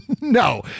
No